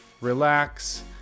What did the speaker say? relax